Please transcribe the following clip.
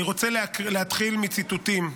אני רוצה להתחיל מציטוטים: